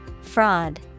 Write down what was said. Fraud